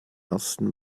ersten